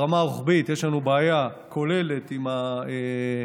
ברמה רוחבית יש לנו בעיה כוללת עם היכולת